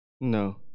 no